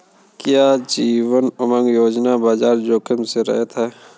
क्या जीवन उमंग योजना बाजार जोखिम से रहित है?